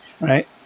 right